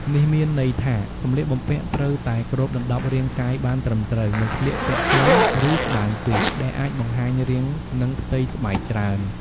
នេះមានន័យថា សម្លៀកបំពាក់ត្រូវតែគ្របដណ្ដប់រាងកាយបានត្រឹមត្រូវ មិនស្លៀកពាក់ខ្លី ឬស្តើងពេកដែលអាចបង្ហាញរាង ឬផ្ទៃស្បែកច្រើន។